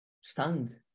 stunned